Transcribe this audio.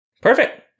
Perfect